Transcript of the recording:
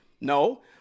No